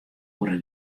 oere